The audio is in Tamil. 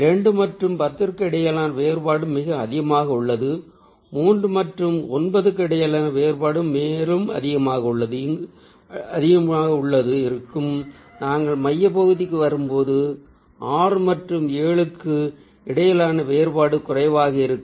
2 மற்றும் 10 க்கு இடையிலான வேறுபாடும் மிக அதிகமாக உள்ளது 3 மற்றும் 9க்கு இடையிலான வேறுபாடும் மேலும் அதிகமாக இருக்கும் நாங்கள் மைய பகுதிக்கு வரும்போது 6 மற்றும் 7 க்கு இடையிலான வேறுபாடு குறைவாக இருக்கும்